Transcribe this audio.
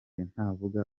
ntavuka